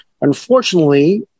Unfortunately